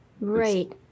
right